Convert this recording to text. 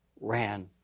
ran